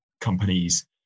companies